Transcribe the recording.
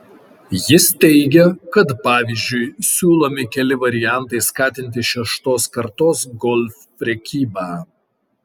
jis teigia kad pavyzdžiui siūlomi keli variantai skatinti šeštos kartos golf prekybą